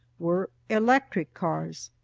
were electric cars.